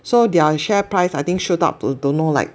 so their share price I think shoot up to don't know like